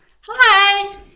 Hi